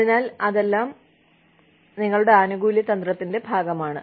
അതിനാൽ അതെല്ലാം നിങ്ങളുടെ ആനുകൂല്യ തന്ത്രത്തിന്റെ ഭാഗമാണ്